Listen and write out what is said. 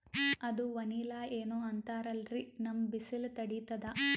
ಅದು ವನಿಲಾ ಏನೋ ಅಂತಾರಲ್ರೀ, ನಮ್ ಬಿಸಿಲ ತಡೀತದಾ?